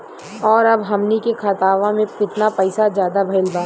और अब हमनी के खतावा में कितना पैसा ज्यादा भईल बा?